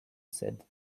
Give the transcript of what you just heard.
said